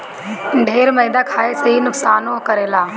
ढेर मैदा खाए से इ नुकसानो करेला